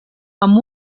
amb